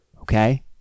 okay